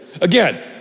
Again